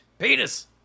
Penis